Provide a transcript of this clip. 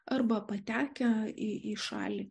arba patekę į į šalį